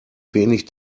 wenig